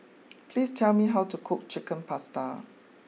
please tell me how to cook Chicken Pasta